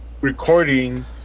recording